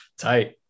Tight